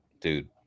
Dude